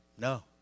No